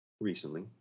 recently